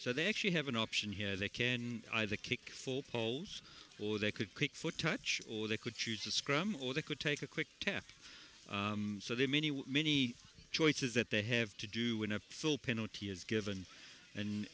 so they actually have an option here they can either kick full poles or they could kick for touch or they could choose a scrum or they could take a quick tap so there are many many choices that they have to do when a full penalty is given and